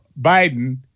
Biden